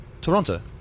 Toronto